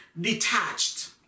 detached